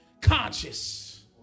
conscious